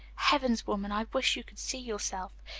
heavens, woman, i wish you could see yourself,